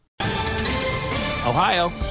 Ohio